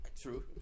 True